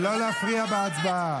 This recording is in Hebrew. אתה לא תקרא לחיילי צה"ל בשמות האלה.